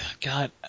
god